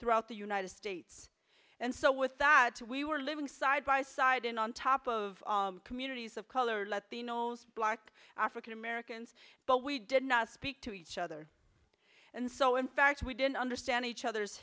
throughout the united states and so with that we were living side by side and on top of communities of color latinos black african americans but we did not speak to each other and so in fact we didn't understand each other's